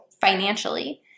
financially